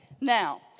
Now